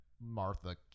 Martha